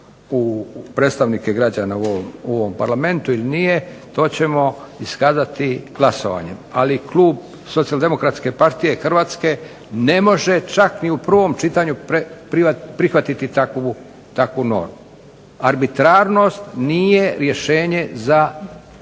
predstavnike građana u ovom Parlamentu ili nije, to ćemo iskazati glasovanjem. Ali klub Socijaldemokratske partije Hrvatske ne može čak ni u prvom čitanju prihvatiti takovu normu. Arbitrarnost nije rješenje za probleme